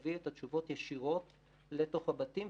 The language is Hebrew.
שתביא את התשובות ישירות לתוך הבתים.